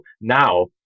now